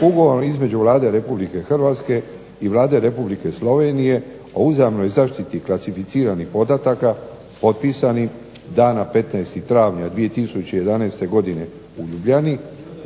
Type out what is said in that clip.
Ugovorom između Vlade Republike Hrvatske i Vlade Republike Slovenije o uzajamnoj zaštiti klasificiranih podataka potpisanih dana 15. Travnja 2011. godine u Ljubljani